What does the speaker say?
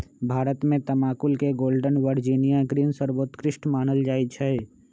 भारत में तमाकुल के गोल्डन वर्जिनियां ग्रीन सर्वोत्कृष्ट मानल जाइ छइ